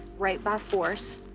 rape by force,